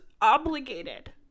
obligated